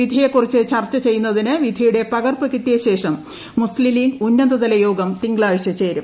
വിധിയെക്കുറിച്ച് ചർച്ച ചെയ്യുന്നതിന് വിധിയുടെ പകർപ്പ് കിട്ടിയ ശേഷം മുസ്ലിം ലീഗ് ഉന്നതതല യോഗം തിങ്കളാഴ്ച ചേരും